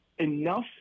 enough